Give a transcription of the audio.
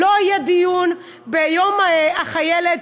לא יהיה דיון ביום החיילת